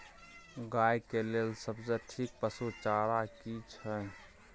गाय के लेल सबसे ठीक पसु चारा की छै?